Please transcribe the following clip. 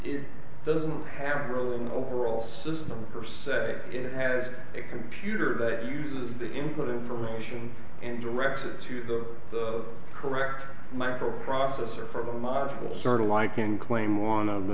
it doesn't have really the overall system per se it has a computer that uses the input information and directions to the correct microprocessor for the module sort of like an claim one of the